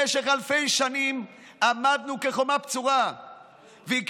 במשך אלפי שנים עמדנו כחומה בצורה והקפדנו